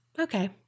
okay